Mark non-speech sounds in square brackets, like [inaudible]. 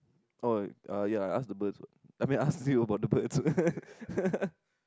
oh uh ya ask the bird [what] I mean ask you about the birds [laughs]